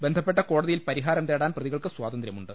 ബന്ധപ്പെട്ട കോടതിയിൽ പരിഹാരം തേടാൻ പ്രതികൾക്ക് സ്വാതന്ത്ര്യമുണ്ട്